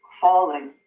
falling